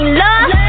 love